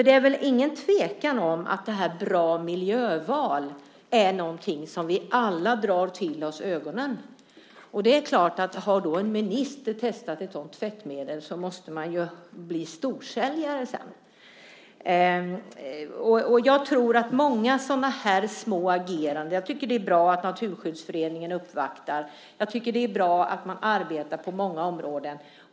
Det är väl ingen tvekan om att Bra Miljöval är någonting som drar allas våra ögon till sig. Och har då en minister testat ett sådant tvättmedel måste det bli en storsäljare. Jag tror på många sådana här små ageranden. Jag tycker att det är bra att Svenska Naturskyddsföreningen uppvaktar. Det är bra att man arbetar på många områden.